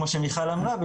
כמו שמיכל אמרה,